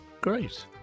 Great